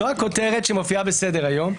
זאת הכותרת שמופיעה בסדר היום.